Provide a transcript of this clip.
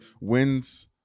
wins